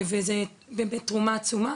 זו תרומה עצומה.